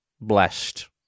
blessed